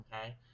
okay